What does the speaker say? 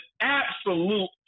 absolute